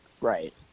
Right